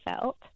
felt